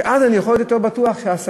כי אז אני יכול להיות יותר בטוח שהסכין,